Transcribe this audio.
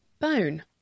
Bone